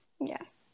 yes